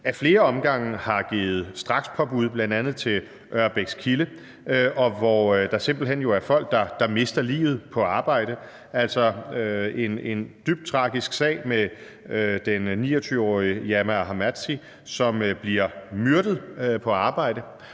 flere omgange har givet strakspåbud, bl.a. til Ørbækskilde, og at der simpelt hen er folk, der mister livet på arbejde. Det handler også om en dybt tragisk sag med den 29-årige Yamma Ahamadzai, som bliver myrdet på arbejde,